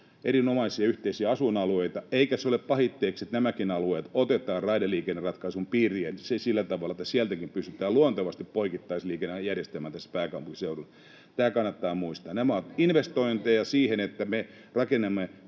Erinomaisia yhteisiä asuinalueita, eikä se ole pahitteeksi, että nämäkin alueet otetaan raideliikenneratkaisun piiriin sillä tavalla, että sieltäkin pystytään luontevasti poikittaisliikenne järjestämään tässä pääkaupunkiseudulla. Tämä kannattaa muistaa. Nämä ovat investointeja siihen, että me rakennamme